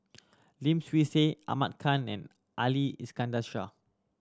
Lim Swee Say Ahmad Khan and Ali Iskandar Shah